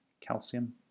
calcium